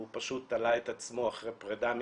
הוא פשוט תלה את עצמו אחרי פרידה ממני.